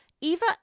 eva